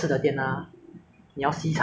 你要印度餐就有